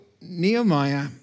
Nehemiah